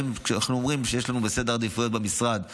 כשאנחנו אומרים שיש בסדר העדיפויות שלנו במשרד תחומים,